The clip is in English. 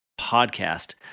podcast